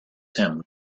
him